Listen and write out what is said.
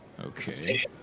Okay